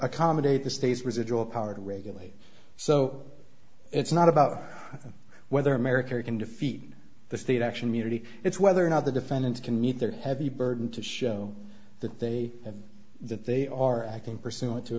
accommodate the state's residual power to regulate so it's not about whether america can defeat the state action munity it's whether or not the defendant can meet their heavy burden to show that they have that they are acting pursuant to